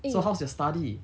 so how's your study